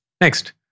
Next